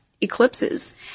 eclipses